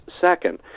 second